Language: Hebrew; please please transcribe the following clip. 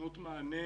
נותנות מענה